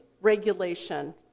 regulation